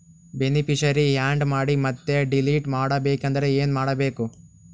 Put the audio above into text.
Beneficiary, add ಮಾಡಿ ಮತ್ತೆ delete ಮಾಡಬೇಕೆಂದರೆ ಏನ್ ಮಾಡಬೇಕು?